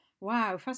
wow